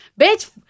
bitch